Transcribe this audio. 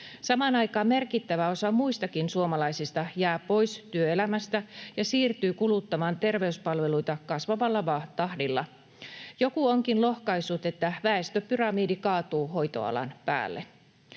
Samaan aikaan merkittävä osa muistakin suomalaisista jää pois työelämästä ja siirtyy kuluttamaan terveyspalveluita kasvavalla tahdilla. Joku onkin lohkaissut, että väestöpyramidi kaatuu hoitoalan päälle.